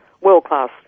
world-class